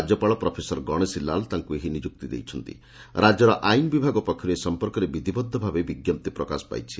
ରାଜ୍ୟପାଳ ପ୍ରଫେସର ଗଣେଶୀଲାଲ ତାଙ୍କୁ ଏହି ନିଯୁକ୍ତି ଦେଇଛନ୍ତି ରାଜ୍ୟର ଆଇନ୍ ବିଭାଗ ପକ୍ଷରୁ ଏ ସମ୍ମର୍କରେ ବିଧିବଦ୍ଧ ଭାବେ ବି ପାଇଛି